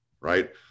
right